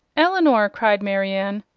elinor, cried marianne,